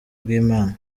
bw’imana